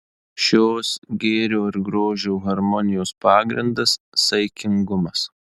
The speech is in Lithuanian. šios gėrio ir grožio harmonijos pagrindas saikingumas